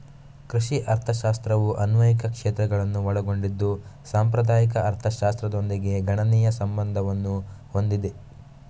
ಕೃಷಿ ಅರ್ಥಶಾಸ್ತ್ರವು ಅನ್ವಯಿಕ ಕ್ಷೇತ್ರಗಳನ್ನು ಒಳಗೊಂಡಿದ್ದು ಸಾಂಪ್ರದಾಯಿಕ ಅರ್ಥಶಾಸ್ತ್ರದೊಂದಿಗೆ ಗಣನೀಯ ಸಂಬಂಧವನ್ನು ಹೊಂದಿದೆ